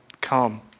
come